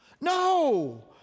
No